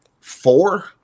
four